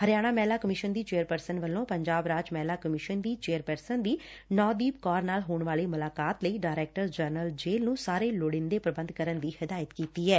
ਹਰਿਆਣਾ ਮਹਿਲਾ ਕਮਿਸ਼ਨ ਦੀ ਚੇਅਰਪਰਸਨ ਵੱਲੌ' ਪੰਜਾਬ ਰਾਜ ਮਹਿਲਾ ਕਮਿਸ਼ਨ ਦੀ ਚੇਅਰਪਰਸਨ ਦੀ ਨੌਦੀਪ ਕੌਰ ਨਾਲ ਹੋਣ ਵਾਲੀ ਮੁਲਾਕਾਤ ਲਈ ਡਾਇਰੈਕਟਰ ਜਨਰਲ ਜੇਲੁ ਨੂੰ ਸਾਰੇ ਲੋੜੀਦੇ ਪ੍ਰਬੰਧ ਕਰਨ ਦੀ ਹਦਾਇਤ ਕੀਤੀ ਏ